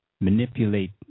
manipulate